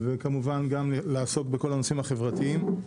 וכמובן גם לעסוק בכל הנושאים החברתיים.